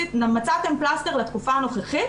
מצאתם פלסטר לתקופה הנוכחית